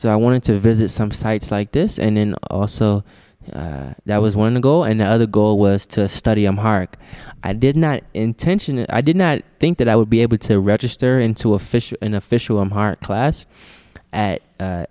so i wanted to visit some sites like this and then also there was one to go and the other goal was to study i'm hark i did not intentionally i did not think that i would be able to register into official an official heart class at